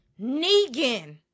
Negan